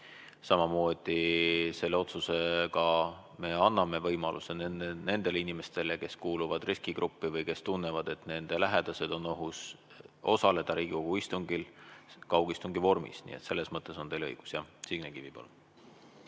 Samamoodi, selle otsusega me anname võimaluse nendele inimestele, kes kuuluvad riskigruppi või kes tunnevad, et nende lähedased on ohus, osaleda Riigikogu istungil kaugistungi vormis. Nii et selles mõttes on teil õigus, jah. Signe Kivi,